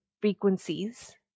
frequencies